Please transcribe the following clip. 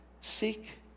seek